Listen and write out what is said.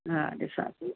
हा ॾिसा थी